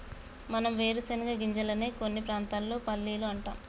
మనం వేరుశనగ గింజలనే కొన్ని ప్రాంతాల్లో పల్లీలు అంటాం